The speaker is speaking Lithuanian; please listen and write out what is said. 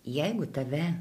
jeigu tave